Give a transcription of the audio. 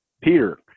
Peter